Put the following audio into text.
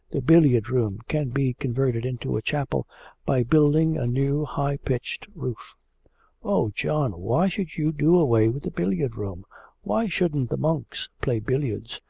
the billiard-room can be converted into a chapel by building a new high pitched roof oh, john, why should you do away with the billiard-room why shouldn't the monks play billiards?